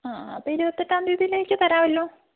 ആ അപ്പോൾ ഇരുപത്തിയെട്ടാം തീയതിയിലേക്ക് തരാമല്ലോ